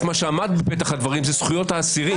מה שעמד בפתח הדברים אלה זכויות האסירים.